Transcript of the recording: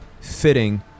fitting